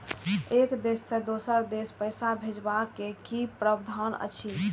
एक देश से दोसर देश पैसा भैजबाक कि प्रावधान अछि??